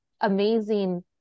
amazing